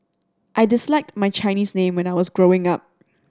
I disliked my Chinese name when I was growing up